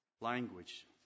language